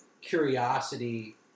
curiosity